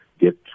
get